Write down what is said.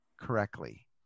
correctly